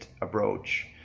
approach